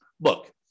look